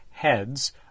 heads